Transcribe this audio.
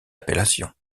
appellation